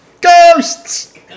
Ghosts